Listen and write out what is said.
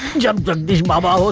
jagdish baba,